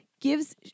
gives